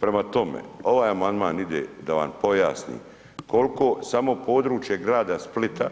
Prema tome, ovaj amandman ide da vam pojasnim, koliko samo područje grada Splita